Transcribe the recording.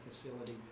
facility